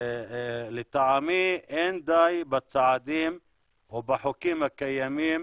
לטעמי אין די בצעדים או בחוקים הקיימים